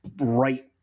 right